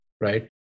right